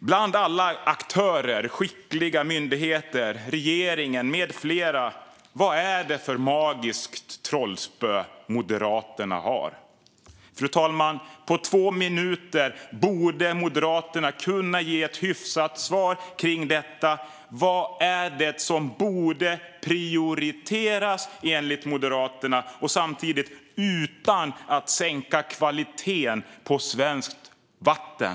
Bland alla aktörer, skickliga myndigheter, regeringen med flera - vad är det för magiskt trollspö Moderaterna har? Fru talman! På två minuter borde Moderaterna kunna ge ett hyfsat svar om detta. Vad är det som borde prioriteras enligt Moderaterna utan att samtidigt sänka kvaliteten på svenskt vatten?